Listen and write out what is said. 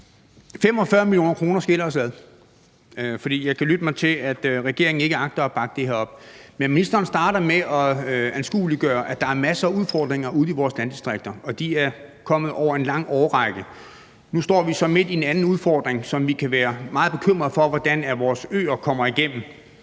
45 mio. kr. skiller os ad. For jeg kan lytte mig til, at regeringen ikke agter at bakke det op. Men ministeren starter med at anskueliggøre, at der er masser af udfordringer ude i vores landdistrikter, og de er kommet over en lang årrække. Nu står vi så midt i en anden udfordring, som vi kan være meget bekymrede for hvordan vores øer kommer igennem,